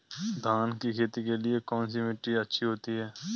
धान की खेती के लिए कौनसी मिट्टी अच्छी होती है?